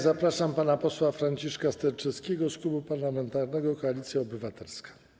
Zapraszam pana posła Franciszka Sterczewskiego z Klubu Parlamentarnego Koalicja Obywatelska.